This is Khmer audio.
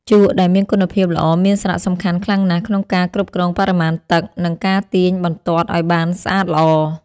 ជក់ដែលមានគុណភាពល្អមានសារៈសំខាន់ខ្លាំងណាស់ក្នុងការគ្រប់គ្រងបរិមាណទឹក និង ការទាញបន្ទាត់ឱ្យបានស្អាតល្អ។